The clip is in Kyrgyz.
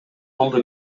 болду